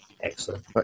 Excellent